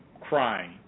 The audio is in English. crying